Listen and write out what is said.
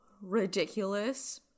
ridiculous